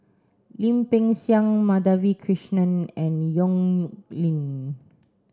Lim Peng Siang Madhavi Krishnan and Yong Lin